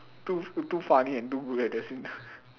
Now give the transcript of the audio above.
too too funny and too good at the same time